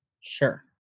Sure